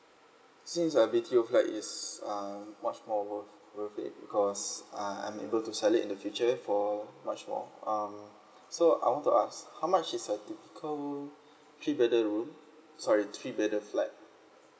since a B_T_O flat is uh much more worth worth it because uh I'm able to sell in the future for much more um so I want to ask how much is a typical three bedder room sorry three bedder flat